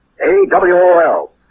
A-W-O-L